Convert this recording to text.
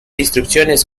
instrucciones